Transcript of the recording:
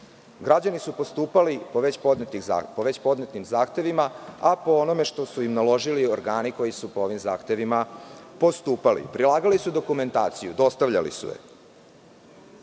građani su postupali po već podnetim zahtevima, a po onome što su im naložili organi koji su po ovim zahtevima postupali. Prilagali su dokumentaciju, dostavljali su